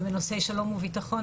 ובנושא שלום וביטחון,